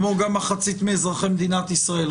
כמו גם מחצית מאזרחי ישראל.